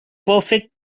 perfect